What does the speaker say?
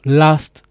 last